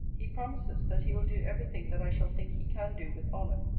he promises, that he will do every thing that i shall think he can do with honour,